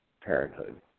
parenthood